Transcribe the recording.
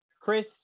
Chris